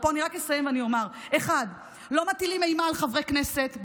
פה אני רק אסיים ואני אומר: 1. לא מטילים אימה על חברי כנסת,